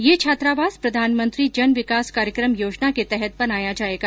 ये छात्रावास प्रधानमंत्री जनविकास कार्यक्रम योजना के तहत बनाया जायेगा